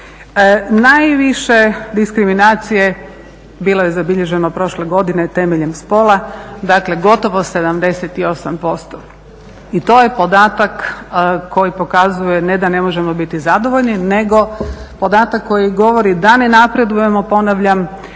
Najviše diskriminacije bilo je zabilježeno prošle godine temeljem spola, dakle gotovo 78% I to je podatak koji pokazuje ne da ne možemo biti zadovoljno nego podatak koji govori da ne napredujemo, ponavljam